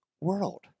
world